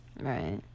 Right